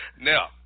Now